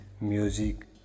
music